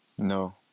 No